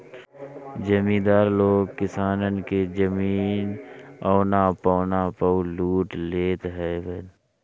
जमीदार लोग किसानन के जमीन औना पौना पअ लूट लेत हवन